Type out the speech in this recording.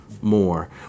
more